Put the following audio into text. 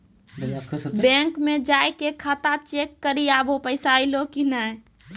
bank मे जाय के खाता चेक करी आभो पैसा अयलौं कि नै